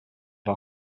our